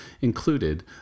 included